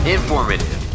Informative